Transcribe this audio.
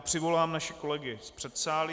Přivolám naše kolegy z předsálí.